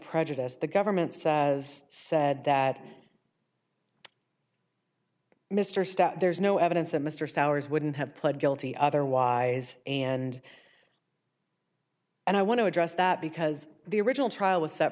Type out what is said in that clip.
prejudice the government's said that mr starr there's no evidence that mr souers wouldn't have pled guilty otherwise and and i want to address that because the original trial was set